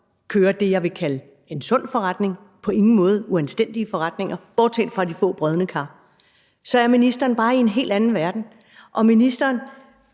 kører det, jeg vil kalde en sund forretning, og som på ingen måde er uanstændige forretninger, bortset fra de få brodne kar – så er ministeren bare i en helt anden verden. Og ministeren